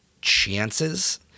chances